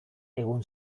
egun